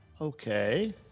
Okay